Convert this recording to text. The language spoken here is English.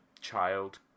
child